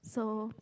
so